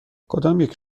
کدامیک